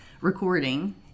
recording